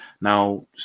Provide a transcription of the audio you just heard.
Now